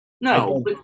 No